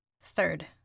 Third